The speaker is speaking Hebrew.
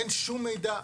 אין שום מידע.